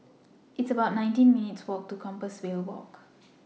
It's about nineteen minutes' Walk to Compassvale Walk